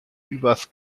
übers